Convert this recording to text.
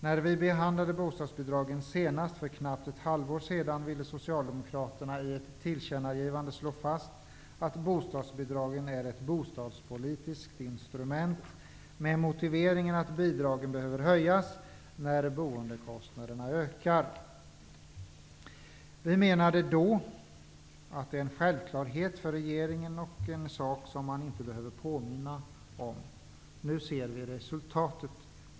När vi behandlade bostadsbidragen senast, för knappt ett halvår sedan, ville Socialdemokraterna i ett tillkännagivande slå fast att bostadsbidragen är ett bostadspolitiskt instrument, med motiveringen att bidragen behöver höjas när boendekostnaderna ökar. Vi menade då att det är en självklarhet för regeringen och en sak som man inte behöver påminna om. Nu ser vi resultatet.